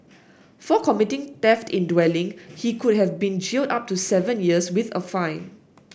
for committing theft in dwelling he could have been jailed up to seven years with a fine